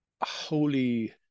holy